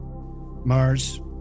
Mars